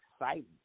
exciting